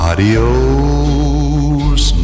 Adios